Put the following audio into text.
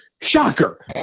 Shocker